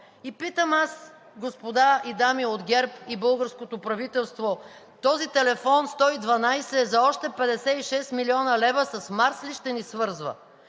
И питам аз, господа и дами от ГЕРБ и българското правителство, този телефон 112 за още 56 млн. лв. с Марс ли ще ни свързва?!